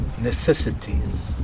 necessities